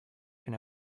can